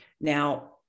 Now